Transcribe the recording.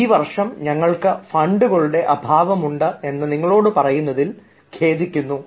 ഈ വർഷം ഞങ്ങൾക്ക് ഫണ്ടുകളുടെ അഭാവമുണ്ടെന്ന് നിങ്ങളോട് പറയാൻ ഞങ്ങൾ ഖേദിക്കുന്നു